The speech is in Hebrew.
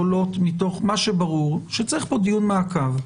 ברור שצריך פה דיון מעקב.